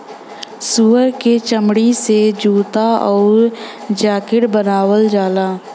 सूअर क चमड़ी से जूता आउर जाकिट बनावल जाला